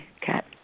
cat